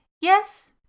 Yes